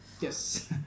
yes